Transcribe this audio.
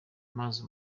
amazi